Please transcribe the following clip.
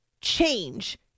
change